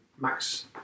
max